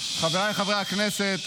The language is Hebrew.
חבריי חברי הכנסת,